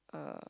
uh